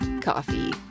coffee